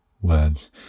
words